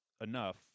enough